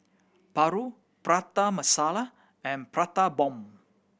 paru Prata Masala and Prata Bomb